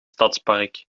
stadspark